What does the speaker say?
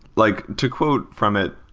like two quote from it,